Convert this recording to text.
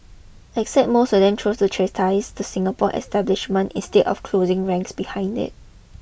except most or them chose to chastise the Singapore establishment instead of closing ranks behind it